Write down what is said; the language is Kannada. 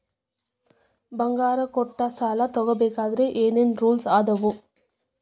ಬಂಗಾರ ಕೊಟ್ಟ ಸಾಲ ತಗೋಬೇಕಾದ್ರೆ ಏನ್ ಏನ್ ರೂಲ್ಸ್ ಅದಾವು?